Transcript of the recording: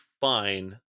fine